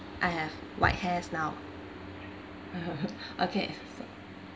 I have white hairs now okay